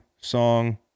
song